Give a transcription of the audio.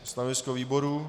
Stanovisko výboru?